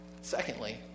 Secondly